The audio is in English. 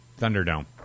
Thunderdome